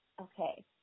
okay